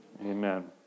amen